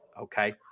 Okay